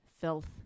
Filth